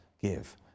give